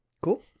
cool